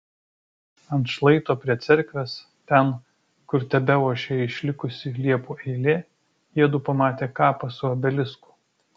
ant šlaito prie cerkvės ten kur tebeošė išlikusi liepų eilė jiedu pamatė kapą su obelisku